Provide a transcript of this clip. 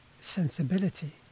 sensibility